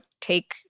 take